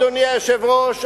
אדוני היושב-ראש,